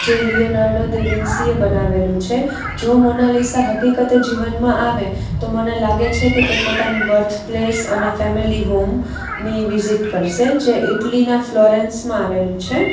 જે Leonardo da વિનસીએ બનાવેલું છે જો મોનાલીસા હકીકતે જીવનમાં આવે તો મને લાગે છે કે તે પોતાની બર્થ પ્લેસ અને ફેમેલી હોમ ની વિઝિટ કરશે જે ઈટલીના ફ્લોરેન્સમાં આવેલું છે